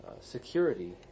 security